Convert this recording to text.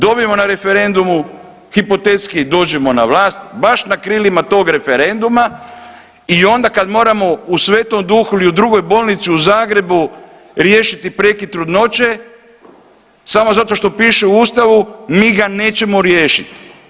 Dobimo na referendumu, hipotetski dođemo na vlast, baš na krilima tog referenduma i onda kad moramo u Sv. Duhu ili drugoj bolnici u Zagrebu riješiti prekid trudnoće, samo zato što piše u Ustavu mi ga nećemo riješiti.